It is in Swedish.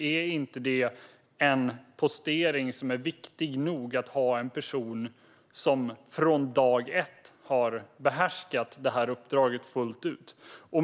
Är det inte en postering som är viktig nog för att vi ska ha en person som från dag ett behärskar uppdraget fullt ut?